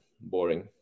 boring